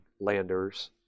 landers